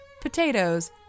potatoes